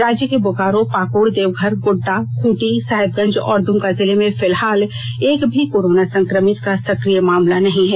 राज्य के बोकारो पाकुड़ देवघर गोड़डा खूंटी साहिबगंज और दुमका जिले में फिलहाल एक भी कोरोना संक्रमित का सकिय मामला नहीं है